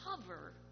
cover